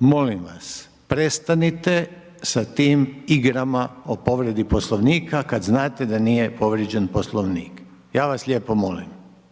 molim vas prestanite sa tim igrama o povredi Poslovnika kad znate da nije povrijeđen Poslovnik, ja vas lijepo molim,